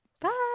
Bye